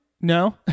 No